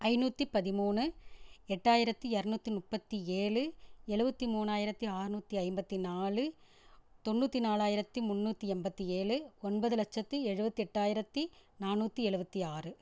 ஐநூற்றி பதிமூணு எட்டாயிரத்தி இரநூத்தி முப்பத்தி ஏழு எழுபத்தி மூணாயிரத்தி ஆறுநூற்றி ஐம்பத்தி நாலு தொண்ணூற்றி நாலாயிரத்தி முன்னூற்றி எண்பத்தி ஏழு ஒன்பது லட்சத்தி எழுபத்தெட்டாயிரத்தி நானூற்றி எழுபத்தி ஆறு